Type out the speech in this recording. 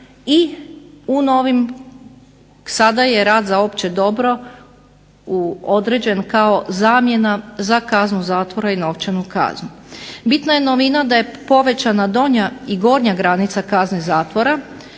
i u novim sada je rad za opće dobro određen kao zamjena za kaznu zatvora i novčanu kaznu. Bitna je novina da je povećana donja i gornja granica kazne zatvora.